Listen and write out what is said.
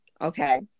Okay